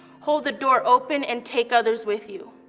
hold the door open and take others with you.